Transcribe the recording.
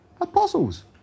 apostles